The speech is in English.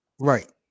Right